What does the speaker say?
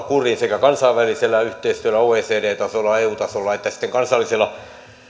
kuriin sekä kansainvälisellä yhteistyöllä oecd tasolla eu tasolla että sitten kansallisella